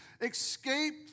Escape